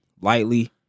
lightly